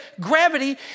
gravity